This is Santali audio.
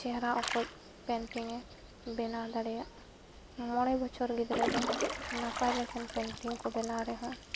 ᱪᱮᱦᱨᱟ ᱚᱠᱚᱡ ᱯᱮᱱᱴᱤᱝᱮ ᱵᱮᱱᱟᱣ ᱫᱟᱲᱮᱭᱟᱜᱼᱟ ᱢᱚᱬᱮ ᱵᱚᱪᱷᱚᱨ ᱜᱤᱫᱽᱨᱟᱹ ᱫᱚ ᱱᱟᱯᱟᱭ ᱞᱮᱠᱟᱱ ᱯᱮᱱᱴᱤᱝ ᱠᱚ ᱵᱮᱱᱟᱣ ᱨᱮᱦᱚᱸ